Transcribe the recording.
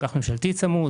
אג"ח ממשלתי צמוד,